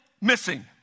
missing